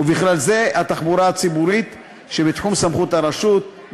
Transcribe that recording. ובכלל זה התחבורה הציבורית שבתחום סמכות הרשות.